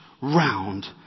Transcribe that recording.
round